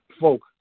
folk